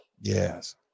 Yes